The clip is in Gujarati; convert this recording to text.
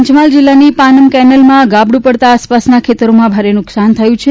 પંચમહાલ જિલ્લાની પાનમ કેનાલમાં ગાબડુ પડતા આસપાસના ખેતરોમાં ભારે નુકસાન થયું છે